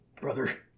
brother